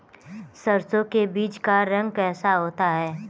सरसों के बीज का रंग कैसा होता है?